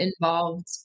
involved